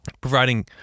providing